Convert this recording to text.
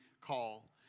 call